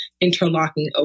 interlocking